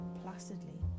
placidly